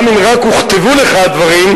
גם אם רק הוכתבו לך הדברים,